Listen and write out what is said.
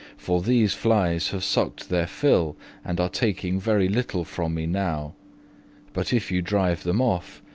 for these flies have sucked their fill and are taking very little from me now but, if you drive them off,